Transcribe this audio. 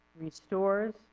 restores